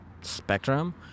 spectrum